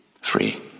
Free